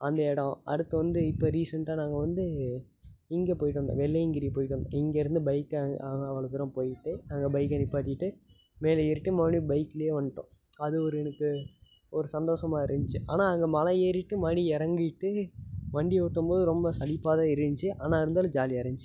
அந்த இடம் அடுத்து வந்து இப்போ ரீசெண்ட்டாக நாங்கள் வந்து இங்கே போயிட்டு வந்தோம் வெள்ளையங்கிரி போயிட்டு வந்தோம் இங்கேருந்து பைக்கை அவ்வளோ தூரம் போயிட்டு அங்கே பைக்கை நிப்பாட்டிட்டு மேலே ஏறிட்டு மறுடியும் பைக்கில் வந்துட்டோம் அது ஒரு எனக்கு ஒரு சந்தோஷமா இருந்துச்சு ஆனால் அங்கே மலை ஏறிட்டு மறுபடியும் இறங்கிட்டு வண்டி ஓட்டும் போது ரொம்ப சலிப்பாக தான் இருந்துச்சு ஆனால் இருந்தாலும் ஜாலியாக இருந்துச்சு